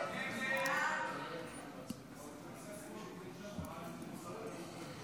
ההצעה לכלול את הנושא